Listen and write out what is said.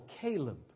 Caleb